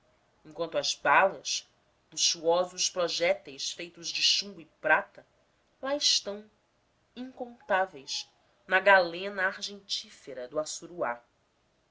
enquanto as balas luxuosos projetis feitos de chumbo e prata lá estão incontáveis na galena argentífera do açuruá